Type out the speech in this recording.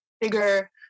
bigger